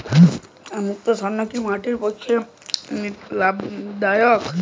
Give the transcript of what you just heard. মৃত্তিকা সৌরায়ন কি মাটির পক্ষে লাভদায়ক?